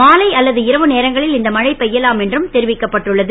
மாலை அல்லது இரவு நேரங்களில் இந்த மழை பெ யலாம் என்றும் தெரிவிக்கப்பட்டுள்ளது